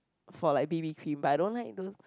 for like b_b cream but I don't like those